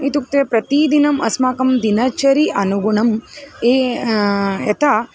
इत्युक्ते प्रतिदिनम् अस्माकं दिनचर्याः अनुगुणम् ए यथा